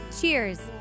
Cheers